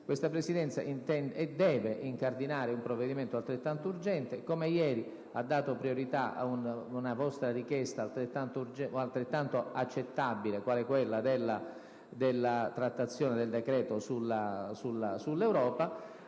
Questa Presidenza deve incardinare un provvedimento altrettanto urgente. Come ieri ha dato priorità ad una vostra richiesta altrettanto accettabile, quale quella della trattazione del decreto sulla